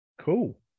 cool